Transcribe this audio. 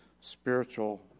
spiritual